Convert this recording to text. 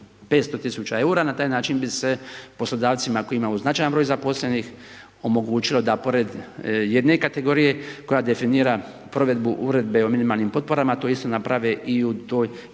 500 tisuća eura i na taj način bi se poslodavcima koji imaju značajan broj zaposlenih omogućilo da pored jedne kategorije koja definira provedbu Uredbe o minimalnim potporama to isto naprave i u ovoj